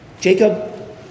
Jacob